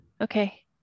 Okay